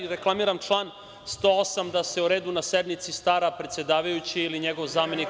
Reklamiram i član 108, da se o redu na sednici stara predsedavajući ili njegov zamenik.